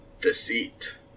deceit